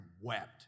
wept